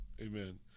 Amen